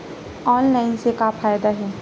Online से का फ़ायदा हे?